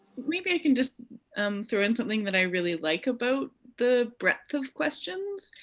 maybe i can just um throw in something that i really like about the breadth of questions,